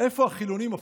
איפה החילונים?